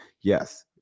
yes